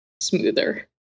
smoother